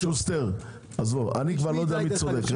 שוסטר, אני לא יודע כבר מי צודק.